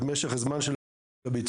ומשך הזמן של הביצוע,